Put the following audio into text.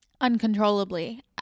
uncontrollably